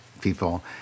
people